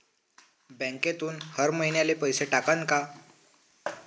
बँकेतून हर महिन्याले पैसा कटन का?